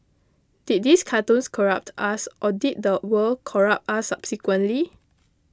did these cartoons corrupt us or did the world corrupt us subsequently